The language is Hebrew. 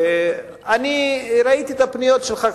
אני ראיתי את הפניות שלך,